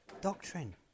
doctrine